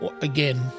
again